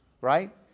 Right